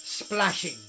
Splashing